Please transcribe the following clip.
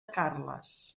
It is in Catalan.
carles